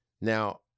Now